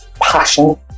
passion